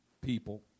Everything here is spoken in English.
people